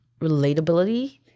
relatability